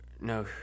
no